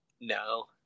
no